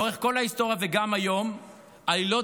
לאורך כל ההיסטוריה וגם היום עלילות